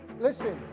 listen